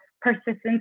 persistence